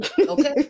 Okay